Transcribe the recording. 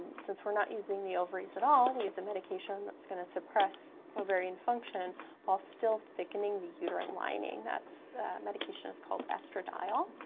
since we're not using the ovaries at all, we use a medication that's gonna suppress ovarian function while still thickening the uterine lining. that medication is called estradiol.